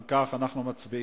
אם כך, אנחנו מצביעים.